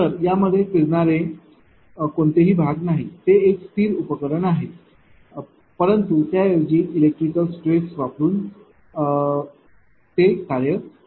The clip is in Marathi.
तर यामध्ये फिरणारे कोणतेही भाग नाहीत ते एक स्थिर उपकरण आहे परंतु त्याऐवजी इलेक्ट्रिक स्ट्रेस वापरून ते कार्ये करते